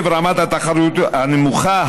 עקב רמת התחרותיות הנמוכה,